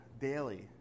daily